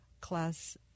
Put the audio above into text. class